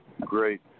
Great